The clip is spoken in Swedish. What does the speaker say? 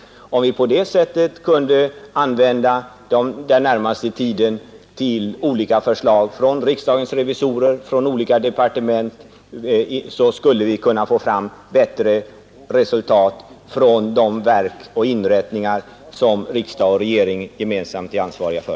Om vi på det sättet kunde ägna den närmaste tiden åt olika förslag från riksdagens revisorer och olika departement, skulle vi kunna få fram bättre resultat från de verk och inrättningar som riksdag och regering gemensamt är ansvariga för.